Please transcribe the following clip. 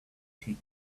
taking